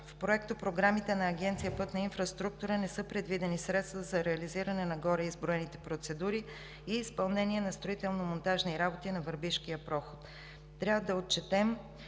в проектопрограмите на Агенция „Пътна инфраструктура“ не са предвидени средства за реализиране на гореизброените процедури и изпълнение на строително-монтажни работи на Върбишкия проход. Трябва да отчетем,